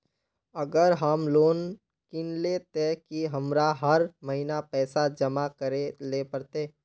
अगर हम लोन किनले ते की हमरा हर महीना पैसा जमा करे ले पड़ते?